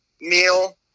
meal